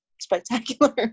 spectacular